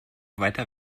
weiter